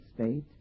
state